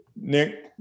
Nick